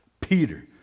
Peter